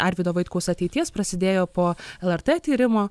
arvydo vaitkaus ateities prasidėjo po lrt tyrimo